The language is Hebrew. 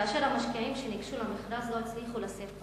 והמשקיעים שניגשו למכרז לא הצליחו לשאת בהן.